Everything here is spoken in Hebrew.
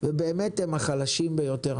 ובאמת הם החלשים ביותר.